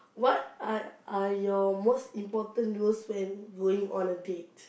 what are are your most important rules when going on a date